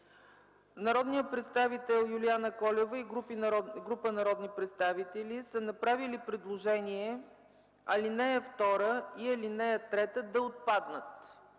Народният представител Юлиана Колева и група народни представители са направили предложения ал. 2 и ал. 3 да отпаднат.